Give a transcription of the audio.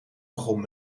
begon